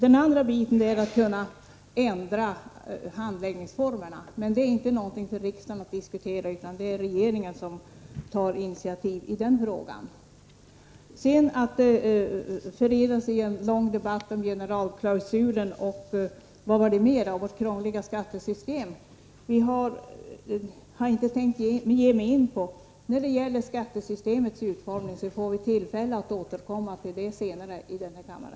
En annan möjlighet är att ändra handläggningsformerna. Men det är inte något för riksdagen att diskutera, utan det är regeringen som tar initiativ i denna fråga. Jag har inte tänkt förirra mig in i en lång debatt om generalklausulen eller om vårt krångliga skattesystem. Skattesystemets utformning får vi tillfälle att återkomma till senare i denna kammare.